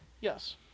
Yes